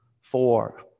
four